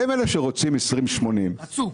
הם אלה שרוצים 20/80. רצו.